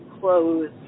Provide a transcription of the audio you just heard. clothes